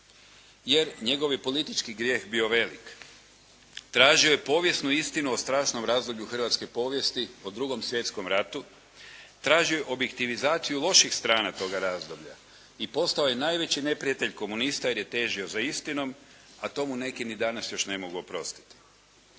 jer njegov je politički grijeh bio velik. Tražio je povijesnu istinu o strašnom razdoblju hrvatske povijesti, o 2. svjetskom ratu, tražio je objektivizaciju loših strana toga razdoblja i postao je najveći neprijatelj komunista jer je težio za istinom, a to mu neki ni danas još ne mogu oprostiti.